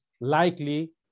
likely